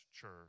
church